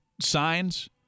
signs